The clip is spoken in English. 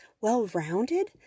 well-rounded